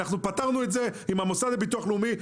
פתרנו את זה עם המוסד לביטוח לאומי,